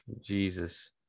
Jesus